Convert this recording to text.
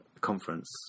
conference